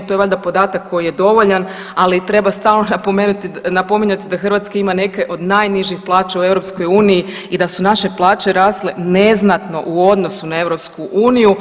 To je valjda podatak koji je dovoljan, ali treba stalno napomenuti, napominjati da Hrvatska ima neke od najnižih plaća u EU i da su naše plaće rasle neznatno u odnosu na EU.